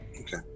okay